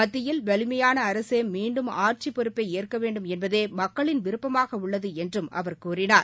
மத்தியில் வலிமையான அரசே மீண்டும் ஆட்சிப் பொறுப்பை ஏற்க வேண்டும் என்பதே மக்களின் விருப்பமாக உள்ளது என்றும் அவர் கூறினார்